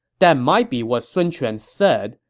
that might be what sun quan said,